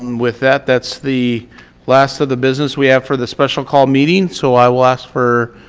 with that, that's the last of the business we have for the special call meeting so i will ask for,